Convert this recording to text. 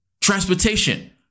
Transportation